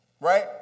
right